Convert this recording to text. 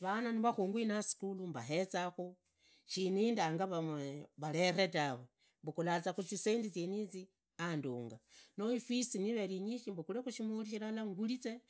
vana nivafungu isukhulu mbaezakhu varete tawe, mbukhula za khusisendi zienizi arhunga, noo ifisi niiri inyishi mbugulekhu shimoli shilala ngurize.